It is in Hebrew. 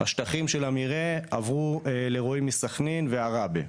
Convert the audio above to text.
השטחים של המרעה עברו לרועים מסכנין עראבה.